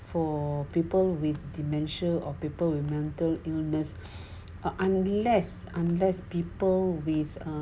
for people with dementia of people with mental illness are unless unless people with